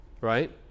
right